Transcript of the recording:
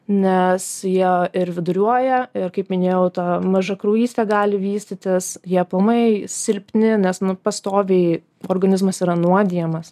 nes jie ir viduriuoja ir kaip minėjau ta mažakraujystė gali vystytis jie aplamai silpni nes nu pastoviai organizmas yra nuodijamas